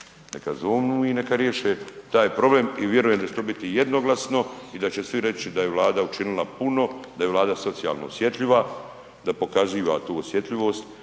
neka zovnu i neka riješe taj problem i vjerujem da će to biti jednoglasno i da će svi reći da je Vlada učinila puno, da je Vlada socijalno osjetljiva, da pokaziva tu osjetljivost.